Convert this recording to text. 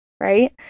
right